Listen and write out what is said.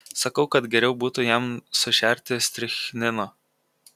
sakau kad geriau būtų jam sušerti strichnino